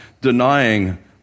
denying